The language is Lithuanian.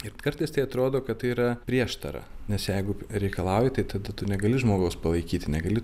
ir kartais tai atrodo kad tai yra prieštara nes jeigu reikalauji tai tada tu negali žmogus palaikyti negali